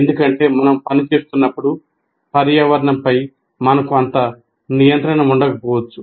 ఎందుకంటే మనం పని చేస్తున్నప్పుడు పర్యావరణంపై మనకు అంత నియంత్రణ ఉండకపోవచ్చు